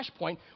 flashpoint